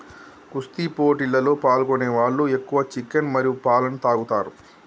కుస్తీ పోటీలలో పాల్గొనే వాళ్ళు ఎక్కువ చికెన్ మరియు పాలన తాగుతారు